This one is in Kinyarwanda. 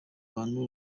bantu